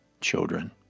children